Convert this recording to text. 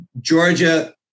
georgia